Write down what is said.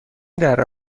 دره